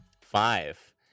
Five